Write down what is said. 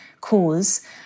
cause